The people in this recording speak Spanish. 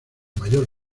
mayor